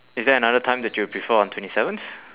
is there another time that you prefer on twenty seventh